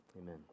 Amen